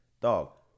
Dog